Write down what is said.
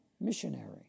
missionary